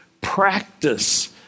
practice